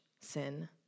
sin